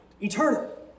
eternal